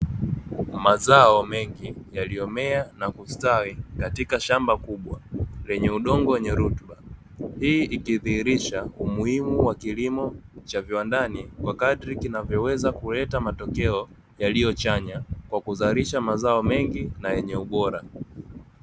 Mazao mengi yaliyomea na kustawi katika shamba kubwa lenye udongo wenye rutuba hii ikidhihirisha umuhimu wa kilimo cha viwandani kwa kadri inavyoweza kuleta matokeo yaliyochanya kwa kuzalisha mazao mengi na yenye ubora.